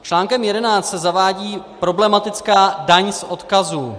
Článkem 11 se zavádí problematická daň z odkazů.